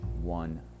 one